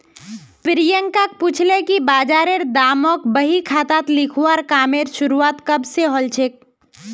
प्रियांक पूछले कि बजारेर दामक बही खातात लिखवार कामेर शुरुआत कब स हलछेक